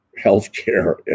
healthcare